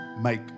make